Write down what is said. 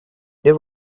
there